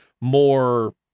more